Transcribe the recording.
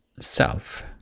self